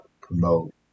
promote